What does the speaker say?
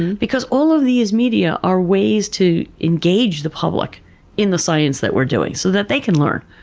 because all of these media are ways to engage the public in the science that we're doing so that they can learn.